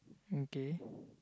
okay